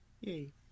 yay